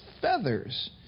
feathers